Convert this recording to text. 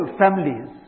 families